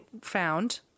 found